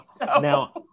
now